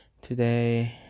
Today